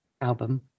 album